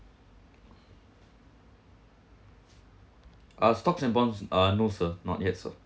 uh stocks and bonds uh no sir not yet so